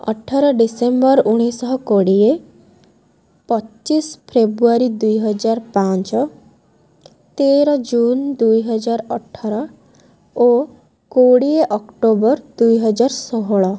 ଅଠର ଡିସେମ୍ବର ଉଣେଇଶହ କୋଡ଼ିଏ ପଚିଶ ଫେବୃଆରୀ ଦୁଇହଜାର ପାଞ୍ଚ ତେର ଜୁନ୍ ଦୁଇହଜାର ଅଠର ଓ କୋଡ଼ିଏ ଅକ୍ଟୋବର ଦୁଇହଜାର ଷୋହଳ